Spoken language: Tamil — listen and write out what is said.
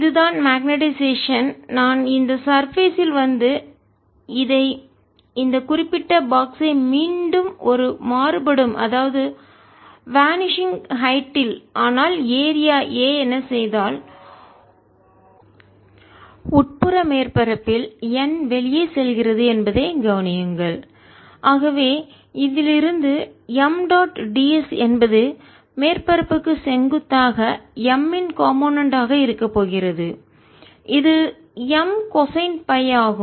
இது தான் மக்னெட்டைசேஷன் காந்த மயமாக்கல் நான் இந்த சர்பேஸ் இல் மேற்பரப்பில் வந்து இதை இந்த குறிப்பிட்ட பாக்ஸ் பெட்டியை ஐ மீண்டும் ஒரு மாறுபடும் அதாவது வானிஷிங் ஹெயிட் உயரத்தின் ஆனால் ஏரியா பரப்பளவு a என செய்தால் உட்புற மேற்பரப்பில் n வெளியே செல்கிறது என்பதைக் கவனியுங்கள் ஆகவே இதிலிருந்து M டாட் ds என்பது மேற்பரப்புக்கு செங்குத்தாக M இன் காம்போனென்ட் அங்கமாக ஆக இருக்க போகிறது இது M கொசைன் பை ஆகும்